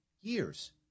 years